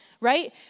right